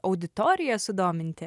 auditoriją sudominti